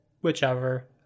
whichever